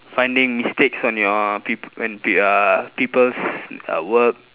finding mistakes on your peop~ when peop~ uh people's uh work